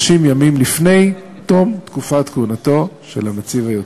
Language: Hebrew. ימים לפני תום תקופת כהונתו של הנציב היוצא.